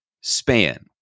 span